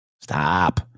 Stop